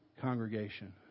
congregation